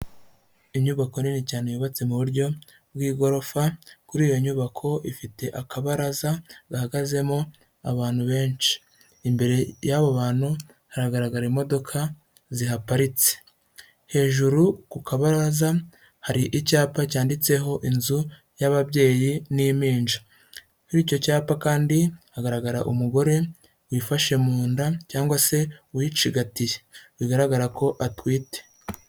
Inyubako nini cyane yubatse mu buryo bw'igorofa, kuri iyo nyubako ifite akabaraza gahagazemo abantu benshi, imbere y'abo bantu haragaragara imodoka zihaparitse, hejuru ku kabaraza hari icyapa cyanditseho inzu y'ababyeyi n'impinja, kuri icyo cyapa kandi hagaragara umugore wifashe mu nda cyangwa se uyicigatiye bigaragara ko atwite.